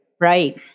Right